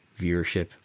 viewership